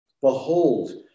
Behold